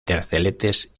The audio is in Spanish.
terceletes